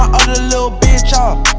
lil' bitch off